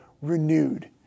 Renewed